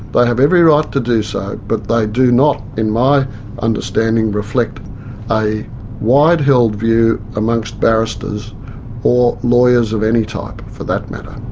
but have every right to do so, but they do not, in my understanding, reflect a wide held view amongst barristers or lawyers of any type for that matter.